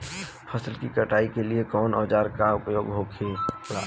फसल की कटाई के लिए कवने औजार को उपयोग हो खेला?